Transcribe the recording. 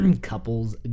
Couple's